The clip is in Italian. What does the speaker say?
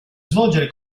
svolgere